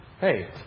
Hey